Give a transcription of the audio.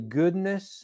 goodness